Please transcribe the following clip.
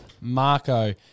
Marco